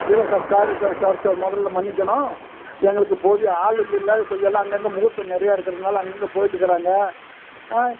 இல்லை sir sorry sir sorry sir முதல்ல மன்னிக்கணும் எங்களுக்கு போதிய ஆளுங்க இல்லை கொஞ்சம் எல்லாம் அங்கங்கே முகூர்த்தம் நிறையா இருக்கிறதனால அங்கங்கே போய்விட்டு இருக்குறாங்க ஆ